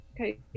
Okay